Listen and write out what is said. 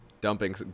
dumping